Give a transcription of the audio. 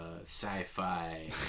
sci-fi